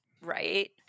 right